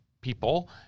people